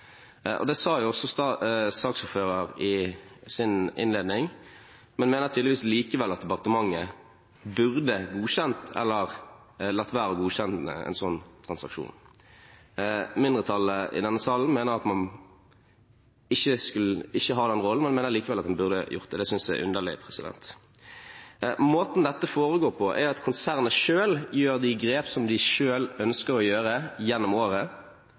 Det sa jo også saksordføreren i sin innledning, men man mener tydeligvis likevel at departementet burde godkjent – eller latt være å godkjenne – en sånn transaksjon. Mindretallet i denne salen mener at man ikke har den rollen, men at man likevel burde gjort det. Det synes jeg er underlig. Måten dette foregår på, er at konsernet selv tar de grep som de ønsker å ta gjennom året,